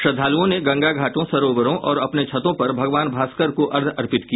श्रद्धालुओं ने गंगा घाटों सरावरों और अपने छतों पर भागवान भास्कर को अर्घ्य अर्पित किया